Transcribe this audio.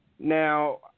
Now